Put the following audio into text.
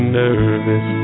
nervous